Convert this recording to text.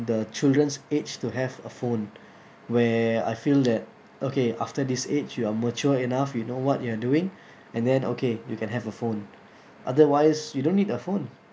the children's age to have a phone where I feel that okay after this age you are mature enough you know what you're doing and then okay you can have a phone otherwise you don't need a phone